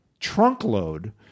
trunkload